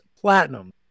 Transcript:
platinum